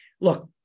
Look